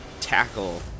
tackle